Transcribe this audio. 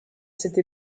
cette